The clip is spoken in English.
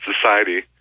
society